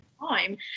time